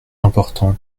important